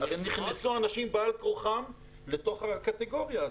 אבל נכנסו אנשים בעל כורחם לתוך הקטגוריה הזאת.